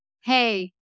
hey